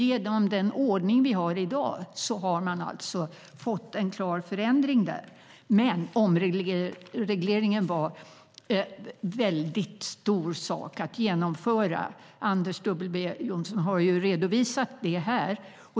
Genom den ordning vi har i dag har vi fått en klar förändring där. Omregleringen var dock en väldigt stor sak att genomföra. Anders W Jonsson har redovisat det här.